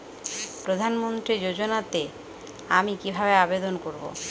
প্রধান মন্ত্রী যোজনাতে আমি কিভাবে আবেদন করবো?